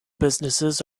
businesses